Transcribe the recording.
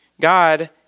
God